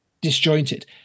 disjointed